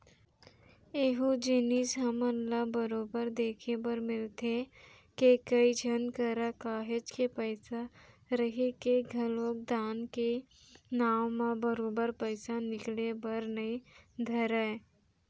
एहूँ जिनिस हमन ल बरोबर देखे बर मिलथे के, कई झन करा काहेच के पइसा रहिके घलोक दान के नांव म बरोबर पइसा निकले बर नइ धरय